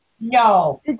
no